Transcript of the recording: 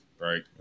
Right